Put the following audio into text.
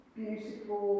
beautiful